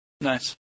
Nice